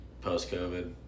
Post-COVID